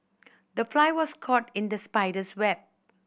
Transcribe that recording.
the fly was caught in the spider's web